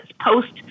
post